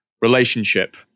relationship